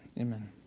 Amen